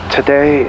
Today